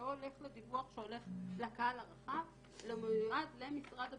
זה לא דיווח שהולך לקהל הרחב אלא הוא מיועד למשרד הבריאות.